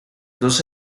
dos